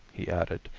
he added.